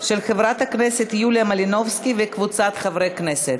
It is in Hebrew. עברה בקריאה הטרומית ועוברת לוועדת הכלכלה להכנה לקריאה ראשונה.